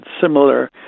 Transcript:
similar